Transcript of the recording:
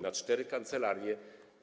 Na kancelarie: